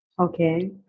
Okay